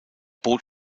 bot